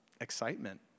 excitement